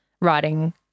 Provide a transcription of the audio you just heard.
writing